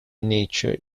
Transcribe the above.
nature